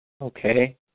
Okay